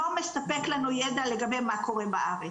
לא מספק לנו ידע לגבי מה קורה בארץ,